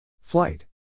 Flight